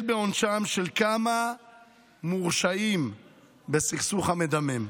בעונשם של כמה מורשעים בסכסוך המדמם.